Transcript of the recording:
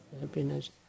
happiness